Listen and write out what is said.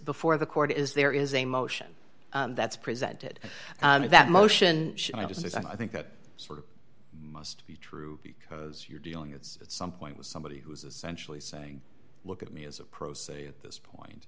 the court is there is a motion that's presented and that motion and i just i think that sort of must be true because you're dealing at some point with somebody who is essentially saying look at me as a pro se at this point